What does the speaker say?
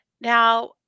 Now